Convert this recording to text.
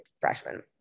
freshman